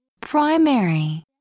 Primary